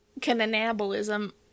Cannibalism